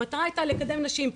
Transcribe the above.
המטרה הייתה לקדם נשים.